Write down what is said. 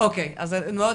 אז היום אני לא